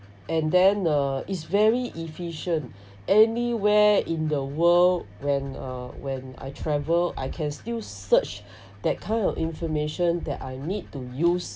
and then uh is very efficient anywhere in the world when uh when I travel I can still search that kind of information that I need to use